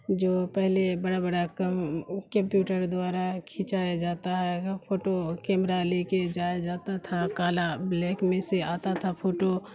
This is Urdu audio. جو پہلے بڑا بڑا کمپیوٹر دوارا کھنچایا جاتا ہے فوٹو کیمرہ لے کے جایا جاتا تھا کالا بلیک میں سے آتا تھا پھوٹو